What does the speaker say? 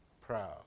proud